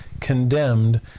condemned